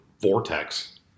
vortex